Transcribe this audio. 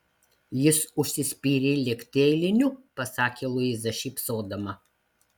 jis užsispyrė likti eiliniu pasakė luiza šypsodama